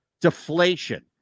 deflation